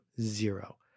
Zero